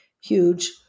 huge